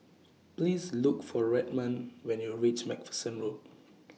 Please Look For Redmond when YOU REACH MacPherson Road